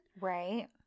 Right